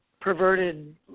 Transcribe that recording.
perverted